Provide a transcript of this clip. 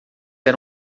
era